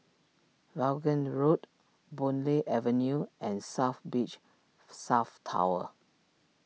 Vaughan Road Boon Lay Avenue and South Beach South Tower